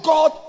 God